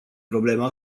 problemă